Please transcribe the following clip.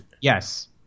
Yes